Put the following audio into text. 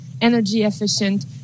energy-efficient